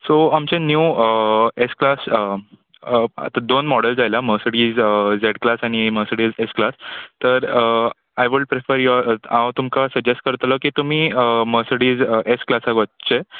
so आमचे new S class आतां दोन मॉडल्स आयल्या मर्सडीज झॅड क्लास आनी मर्सडीज एस क्लास तर आय वूड प्रिफर यॉ हांव तुमकां सजॅस्ट करतलो की तुमी मर्सडीज एस क्लासाक वच्चें